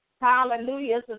Hallelujah